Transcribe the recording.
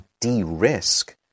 de-risk